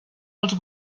als